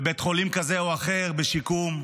בבית חולים כזה או אחר בשיקום,